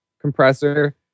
compressor